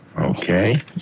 okay